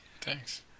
Thanks